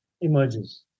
emerges